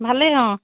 ভালেই অঁ